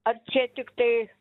ar čia tiktai